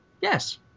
Yes